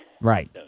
Right